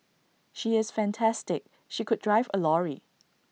she is fantastic she could drive A lorry